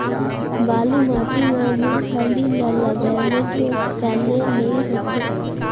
बालू माटी मा मुंगफली ला लगाले ठोस काले नइ होथे?